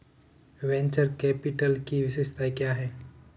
Venture capital की विशेषताएं क्या हैं?